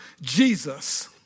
Jesus